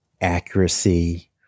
accuracy